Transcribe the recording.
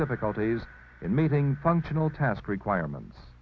difficulties in meeting functional test requirements